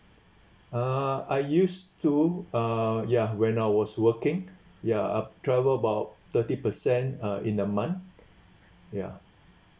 uh I use to uh ya when I was working ya I travel about thirty percent uh in the month ya